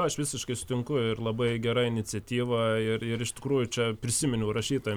aš visiškai sutinku ir labai gera iniciatyva ir ir iš tikrųjų čia prisiminiau rašytoją